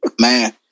Man